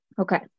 Okay